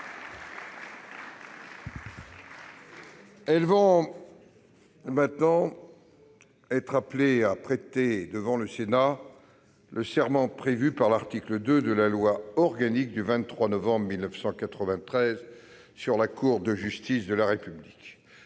la République vont être appelées à prêter, devant le Sénat, le serment prévu par l'article 2 de la loi organique du 23 novembre 1993 sur la Cour de justice de la République.